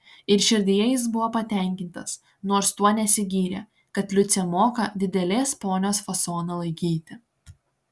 ir širdyje jis buvo patenkintas nors tuo nesigyrė kad liucė moka didelės ponios fasoną laikyti